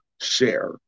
share